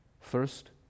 first